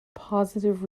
positive